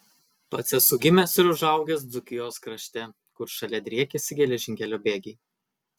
pats esu gimęs ir užaugęs dzūkijos krašte kur šalia driekėsi geležinkelio bėgiai